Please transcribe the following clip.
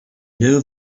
new